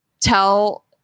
tell